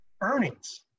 earnings